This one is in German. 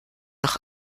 auch